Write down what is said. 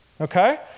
okay